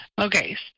Okay